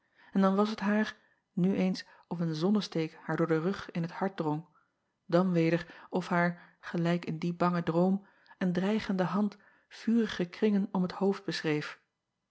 en dan was t haar nu eens of een zonnesteek haar door den rug in t hart drong dan weder of haar gelijk in dien bangen droom een dreigende hand vurige kringen om het hoofd beschreef